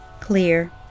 clear